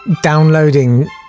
downloading